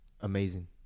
amazing